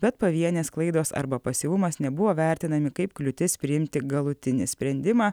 bet pavienės klaidos arba pasyvumas nebuvo vertinami kaip kliūtis priimti galutinį sprendimą